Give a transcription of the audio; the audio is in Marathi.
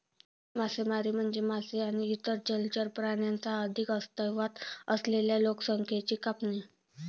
मासेमारी म्हणजे मासे आणि इतर जलचर प्राण्यांच्या आधीच अस्तित्वात असलेल्या लोकसंख्येची कापणी